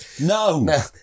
No